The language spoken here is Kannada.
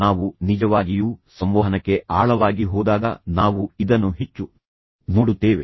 ನಾವು ನಿಜವಾಗಿಯೂ ಸಂವಹನಕ್ಕೆ ಆಳವಾಗಿ ಹೋದಾಗ ನಾವು ಇದನ್ನು ಹೆಚ್ಚು ನೋಡುತ್ತೇವೆ